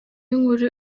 inkuru